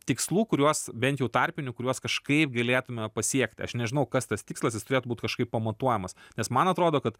tikslų kuriuos bent jau tarpinių kuriuos kažkaip galėtume pasiekti aš nežinau kas tas tikslas jis turėtų būt kažkaip pamatuojamas nes man atrodo kad